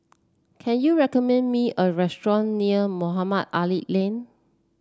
can you recommend me a restaurant near Mohamed Ali Lane